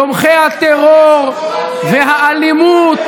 תראה מי